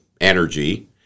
energy